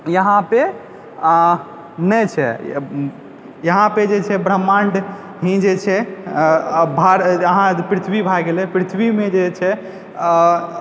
यहाँपर नहि छै यहाँपर जे छै ब्रम्हाण्ड ही जे छै भार अहाँ पृथ्वी भए गेलै पृथ्वीमे जे छै